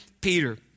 Peter